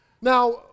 Now